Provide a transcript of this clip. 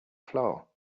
floor